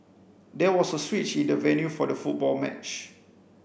there was a switch in the venue for the football match